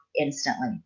instantly